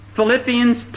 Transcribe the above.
Philippians